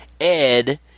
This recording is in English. Ed